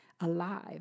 alive